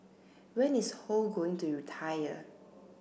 when is Ho going to retire